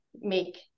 make